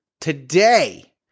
today